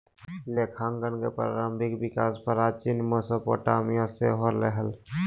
लेखांकन के प्रारंभिक विकास प्राचीन मेसोपोटामिया से होलय हल